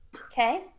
Okay